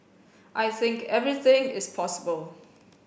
I think everything is possible